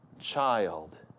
child